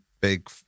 big